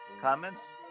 Comments